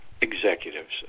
executives